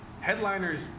headliners